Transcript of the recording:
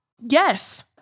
Yes